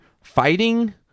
fighting